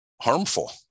Harmful